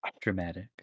Dramatic